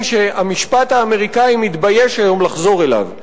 שהמשפט האמריקני מתבייש היום לחזור אליו.